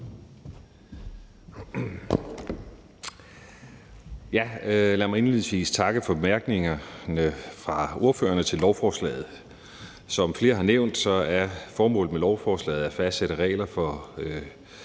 Lad mig indledningsvis takke for bemærkningerne fra ordførerne til lovforslaget. Som flere har nævnt, er formålet med lovforslaget at fastsætte regler for